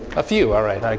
a few. all right. like